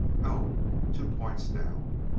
no two points down.